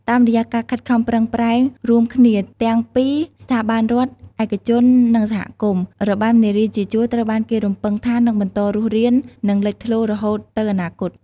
តាមរយៈការខិតខំប្រឹងប្រែងរួមគ្នាទាំងពីស្ថាប័នរដ្ឋ ឯកជន និងសហគមន៍ របាំនារីជាជួរត្រូវបានគេរំពឹងថានឹងបន្តរស់រាន និងលេចធ្លោរហូតទៅអនាគត។